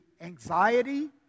anxiety